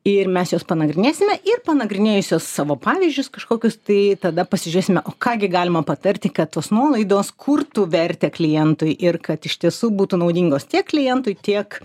ir mes juos panagrinėsime ir panagrinėjusios savo pavyzdžius kažkokius tai tada pasižiūrėsime o ką gi galima patarti kad tos nuolaidos kurtų vertę klientui ir kad iš tiesų būtų naudingos tiek klientui tiek